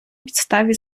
підставі